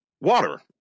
Water